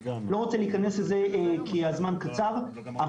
אני לא רוצה להיכנס לזה כי הזמן קצר אבל